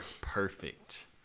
perfect